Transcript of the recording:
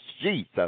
Jesus